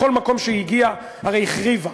כל מקום שהיא הגיעה הרי היא החריבה.